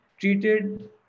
treated